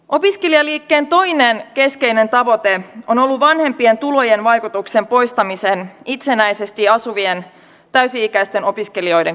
opiskelijaliikkeen toinen keskeinen tavoite on ollut vanhempien tulojen vaikutuksen poistaminen itsenäisesti asuvien täysi ikäisten opiskelijoiden kohdalla